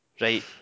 Right